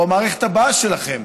או המערכה הבאה שלכם.